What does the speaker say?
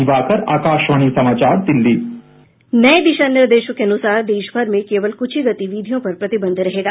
दिवाकर आकाशवाणी समाचार दिल्ली नये दिशा निर्देशों के अनुसार देशभर में केवल कुछ ही गतिविधियों पर प्रतिबंध रहेगा